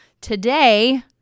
Today